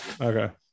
Okay